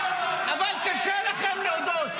אבל קשה לכם להודות.